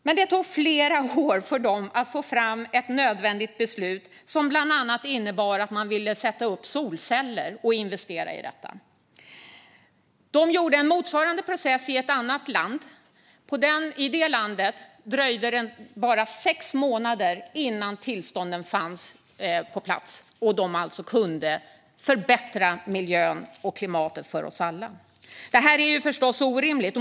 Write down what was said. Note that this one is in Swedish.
Men det tog flera år för dem att få ett nödvändigt beslut som bland annat innebar att de kunde sätta upp solceller och investera i det. De gjorde en motsvarande process i ett annat land. I det landet dröjde det bara sex månader innan tillstånden fanns på plats och de kunde börja förbättra miljön och klimatet för oss alla. Detta är förstås orimligt.